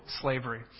slavery